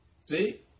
See